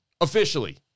officially